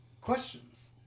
questions